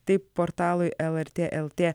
taip portalui lrt lt